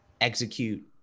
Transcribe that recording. execute